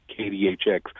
KDHX